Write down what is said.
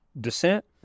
descent